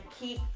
keep